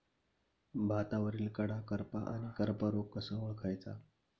भातावरील कडा करपा आणि करपा रोग कसा ओळखायचा?